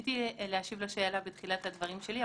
ניסיתי להשיב לשאלה בתחילת הדברים שלי,